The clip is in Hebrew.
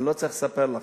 אני לא צריך לספר לכם.